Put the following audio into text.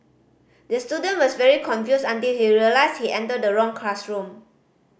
the student was very confused until he realised he entered the wrong classroom